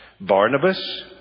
Barnabas